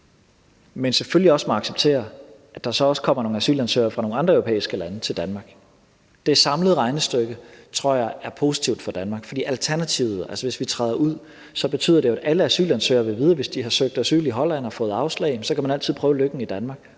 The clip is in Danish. men selvfølgelig også må acceptere, at der så kommer nogle asylansøgere fra andre europæiske lande til Danmark. Det samlede regnestykke tror jeg er positivt for Danmark, for alternativet, altså hvis vi træder ud, er jo, at alle asylansøgere vil vide, at hvis de har søgt asyl i Holland og fået afslag, kan de altid prøve lykken i Danmark.